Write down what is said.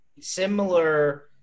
similar